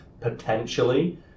potentially